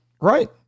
right